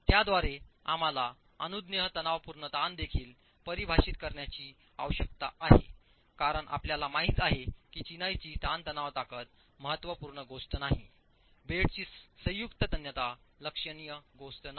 त्याद्वारे आम्हाला अनुज्ञेय तणावपूर्ण ताण देखील परिभाषित करण्याची आवश्यकता आहे कारण आपल्याला माहित आहे की चिनाईची ताणतणाव ताकद महत्त्वपूर्ण गोष्ट नाही बेडची संयुक्त तन्यता लक्षणीय गोष्ट नाही